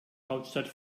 hauptstadt